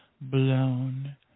blown